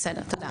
בסדר, תודה.